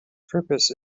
purpose